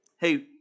hey